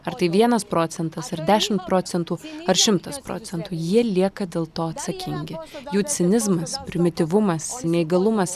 ar tai vienas procentas ar dešimt procentų ar šimtas procentų jie lieka dėl to atsakingi jų cinizmas primityvumas neįgalumas